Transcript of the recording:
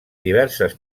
diverses